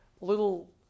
little